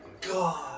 God